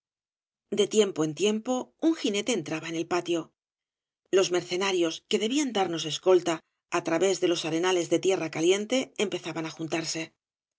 de tiempo en tiempo un jinete entraba en el patio los mercenarios que debían darnos escolta á través de los arenales de tierra caliente empezaban á juntarse